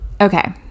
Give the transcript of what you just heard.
Okay